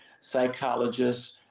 psychologists